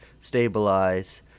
stabilize